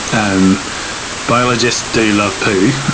and biologists do love poo.